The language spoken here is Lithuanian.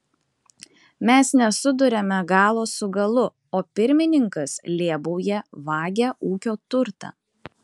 mes nesuduriame galo su galu o pirmininkas lėbauja vagia ūkio turtą